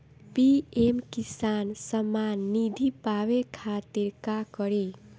PM Kisan Samman Nidhi पावे खातिर का करी?